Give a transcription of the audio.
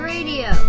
Radio